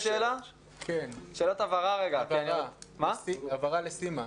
שאלת הבהרה לסימה.